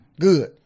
Good